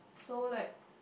so like